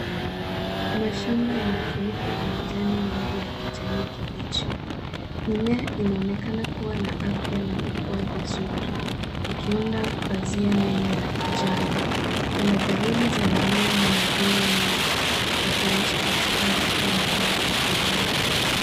Mashamba yamefunikwa na majani mengi ya kijani kibichi. Mimea inaonekana kuwa na afya na kukua vizuri ikiunda pazia nene la kijani. Kuna dalilil za mimea mingine nyuma ikionyesha bustani au eneo la kilimo.